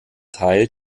teil